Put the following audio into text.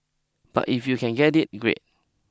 but if you can get it great